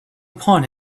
upon